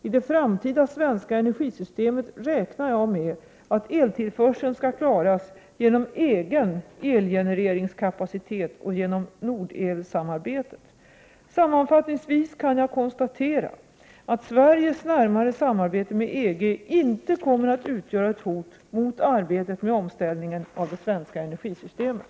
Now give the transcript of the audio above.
I det framtida svenska energisystemet räknar jag med att eltillförseln skall klaras genom egen elgenereringskapacitet och genom Nordel-samarbetet. Sammanfattningsvis kan jag konstatera att Sveriges närmare samarbete med EG inte kommer utgöra ett hot mot arbetet med omställningen av det svenska energisystemet.